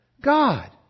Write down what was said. God